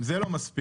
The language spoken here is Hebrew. אם זה לא מספיק,